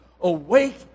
awake